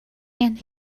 and